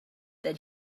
that